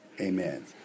Amen